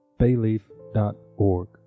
bayleaf.org